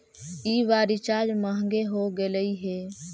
इस बार रिचार्ज महंगे हो गेलई हे